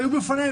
היו בפנינו,